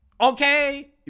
okay